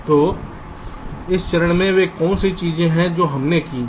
तो इस चरण में वे कौन सी चीजें हैं जो हमने की हैं